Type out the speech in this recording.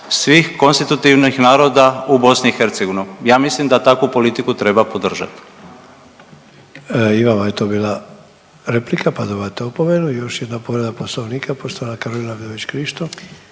svih konstitutivnih naroda u BiH. Ja mislim da takvu politiku treba podržat.